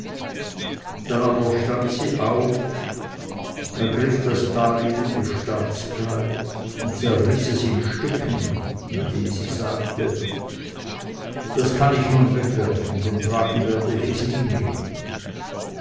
dann aber stand sie auf ergriff das daliegende staatskleid und zerriß es in stücken indem sie sagte das kann ich nun wegwerfen denn tragen werde ich es nie mehr